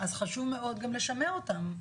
אז חשוב מאוד גם לשמר אותם.